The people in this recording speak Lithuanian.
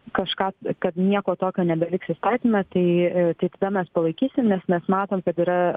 kažką kad nieko tokio nebeliks įstatyme tai tai tada mes palaikysim nes mes matom kad yra